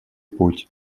путь